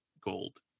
gold